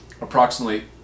approximately